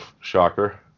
Shocker